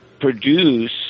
produce